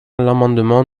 l’amendement